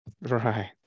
Right